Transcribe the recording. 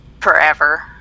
forever